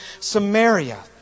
Samaria